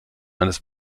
eines